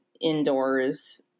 indoors